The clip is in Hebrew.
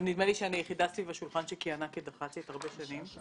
נדמה לי שאני גם היחידה סביב השולחן שכיהנה כדח"צית הרבה שנים.